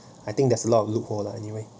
I think there's a lot of loophole lah anyway